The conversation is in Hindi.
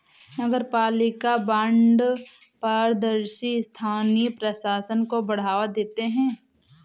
नगरपालिका बॉन्ड पारदर्शी स्थानीय प्रशासन को बढ़ावा देते हैं